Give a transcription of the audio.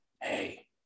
Hey